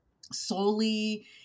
solely